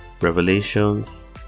Revelations